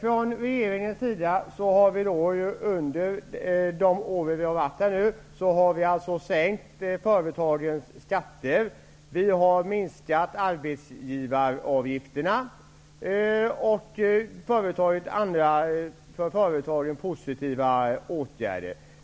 Regeringen har under sin tid vid makten sänkt företagens skatter, minskat arbetsgivaravgifterna och genomfört andra för företagen positiva åtgärder.